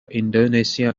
indonesia